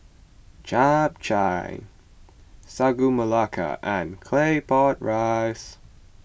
Chap Chai Sagu Melaka and Claypot Rice